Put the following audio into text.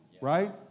Right